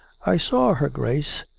i saw her grace.